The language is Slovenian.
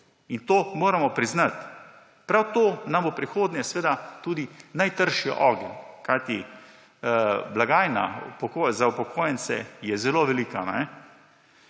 in to moramo priznati. Prav to nam je v prihodnje najtrši oreh, kajti blagajna za upokojence je zelo velika.